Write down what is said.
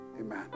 Amen